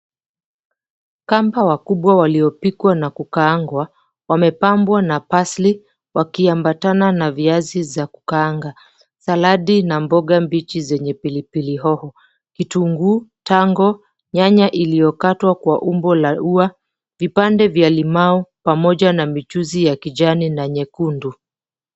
Kamba wakubwa waliopikwa na kukaangwa wamepambwa na parsley wakiamabatana na viazi za kukaanga. Saladi na mboga mbichi zenye pilipili hoho, kitunguu, tango, nyanya iliyokatwa kwa umbo la ua, vipande vya limau pamoja na michuzi ya kijani na nyekundu.